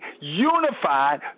unified